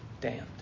damned